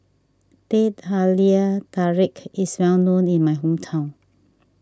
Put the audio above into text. Teh Halia Tarik is well known in my hometown